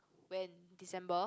when December's